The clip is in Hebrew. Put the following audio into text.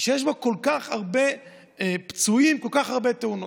שיש בו כל כך הרבה פצועים, כל כך הרבה תאונות.